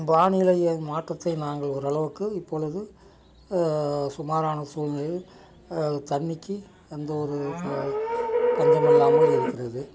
வானிலை மாற்றத்தை நாங்கள் ஓரளவுக்கு இப்பொழுது சுமாரான சூழ்நிலையில் தண்ணிக்கி எந்த ஒரு பஞ்சமில்லாமல் இருக்கிறது